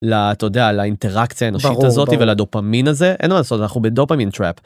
ל, אתה יודע, לאינטראקציה האנושית הזאת, ולדופמין הזה, אין מה לעשות, אנחנו ב-dopamine trap.